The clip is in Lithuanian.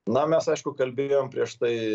na mes aišku kalbėjom prieš tai